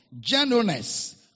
gentleness